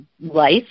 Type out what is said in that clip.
life